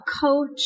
coach